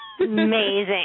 Amazing